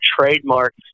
trademark